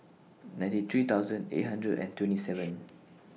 ninety three thousand eight hundred and twenty seven